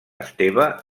esteve